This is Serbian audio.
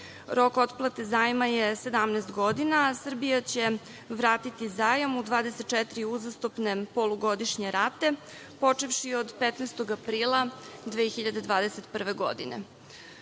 Rok otplate zajma je 17 godina, a Srbija će vratiti zajam u 24 uzastopne polugodišnje rate, počevši od 15. aprila 2021. godine.U